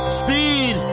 speed